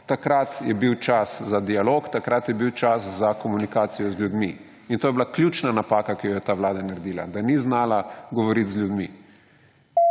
Takrat je bil čas za dialog, takrat je bil čas za komunikacijo z ljudmi. In to je bila ključna napaka, ki jo je ta vlada naredila, da ni znala govoriti z ljudmi.